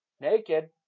naked